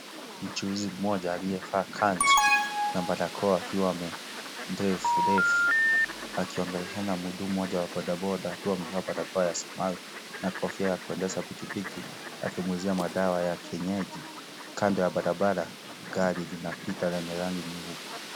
Mchuuzi mmoja aliyevaa kanzu na barakoa akiwa ame ndevu refu akiongeleshana na mhudumu mmoja wa boda boda akiwa amevaa barakoa ya samawi na kofia ya kuendesha pikipiki akimuuzia madawa ya kienyeji kando ya barabara gari linapita lenye rangi nyeupe.